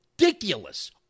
ridiculous